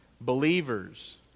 believers